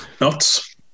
nuts